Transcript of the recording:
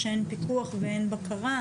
שאין פיקוח ואין בקרה.